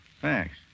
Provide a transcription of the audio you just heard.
Thanks